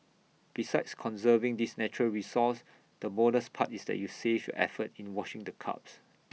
besides conserving this natural resource the bonus part is that you save your effort in washing the cups